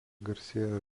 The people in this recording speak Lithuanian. garsėjo